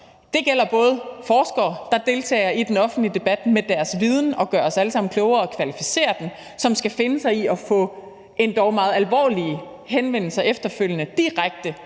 Det gælder både forskere, der deltager i den offentlige debat med deres viden og gør os alle sammen klogere og kvalificerer den debat, og som skal finde sig i at få endog meget alvorlige henvendelser efterfølgende direkte